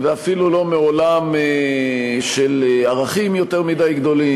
ואפילו לא מעולם של ערכים יותר מדי גדולים,